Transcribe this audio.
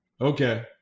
Okay